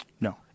No